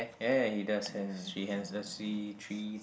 ya he does have three hands let's see three